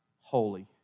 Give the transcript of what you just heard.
holy